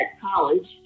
college